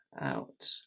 out